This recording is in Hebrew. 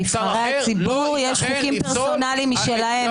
לנבחרי הציבור יש חוקים פרסונליים משלהם,